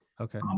okay